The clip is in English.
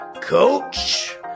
Coach